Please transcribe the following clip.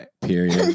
Period